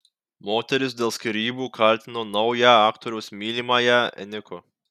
moteris dėl skyrybų kaltino naują aktoriaus mylimąją eniko